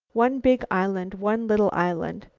one big island, one little island.